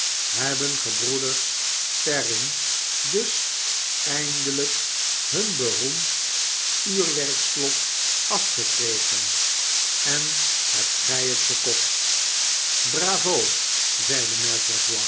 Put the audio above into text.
hebben gebroeders perrin dus eindelijk hun beroemd uurwerkslot afgekregen en hebt gij het gekocht bravo zeide